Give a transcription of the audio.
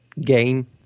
game